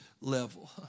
level